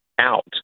out